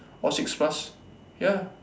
or six plus ya